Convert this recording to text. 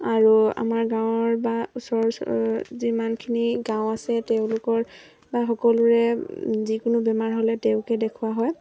আৰু আমাৰ গাঁৱৰ বা ওচৰ ওচৰৰ যিমানখিনি গাঁও আছে তেওঁলোকৰ বা সকলোৰে যিকোনো বেমাৰ হ'লে তেওঁকে দেখুওৱা হয়